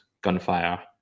gunfire